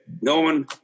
Norman